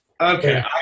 Okay